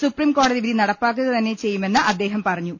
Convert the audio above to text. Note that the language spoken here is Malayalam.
സുപ്രീംകോടതി വിധി നടപ്പാക്കുക തന്നെ ചെയ്യുമെന്ന് അദ്ദേഹം പറഞ്ഞു